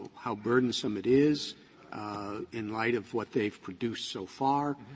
how burdensome it is in light of what they've produced so far.